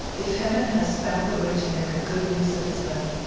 if heaven has found the way to make a good use of his money,